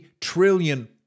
trillion